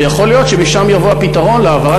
יכול להיות שמשם יבוא הפתרון להעברת